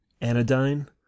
anodyne